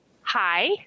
Hi